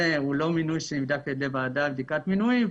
הוא לא מינוי שנבדק על ידי ועדה לבדיקת מינויים.